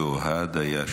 ואוהד היה שם.